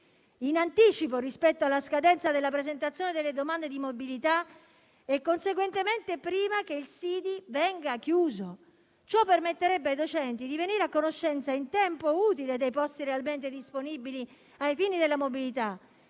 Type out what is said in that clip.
in anticipo rispetto alla scadenza della presentazione delle domande di mobilità e, conseguentemente, prima che il SIDI venga chiuso. Ciò permetterebbe ai docenti di venire a conoscenza in tempo utile dei posti realmente disponibili ai fini della mobilità.